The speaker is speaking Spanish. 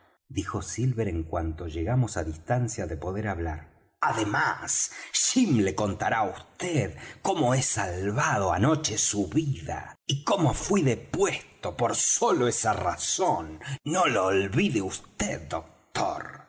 dijo silver en cuanto que llegamos á distancia de poder hablar además jim le contará á vd cómo he salvado anoche su vida y cómo fuí depuesto por sola esa razón no lo olvide vd doctor